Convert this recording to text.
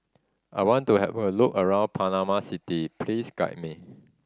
I want to have a look around Panama City please guide me